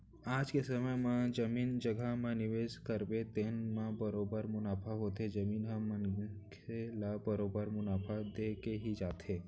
आज के समे म जमीन जघा म निवेस करबे तेने म बरोबर मुनाफा होथे, जमीन ह मनसे ल बरोबर मुनाफा देके ही जाथे